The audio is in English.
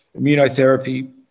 immunotherapy